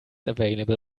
available